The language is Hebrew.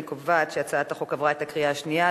אני קובעת שהצעת החוק עברה בקריאה שנייה.